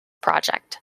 project